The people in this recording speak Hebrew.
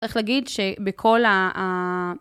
צריך להגיד שבכל ה...